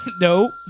No